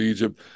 Egypt